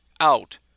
out